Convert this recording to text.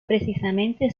precisamente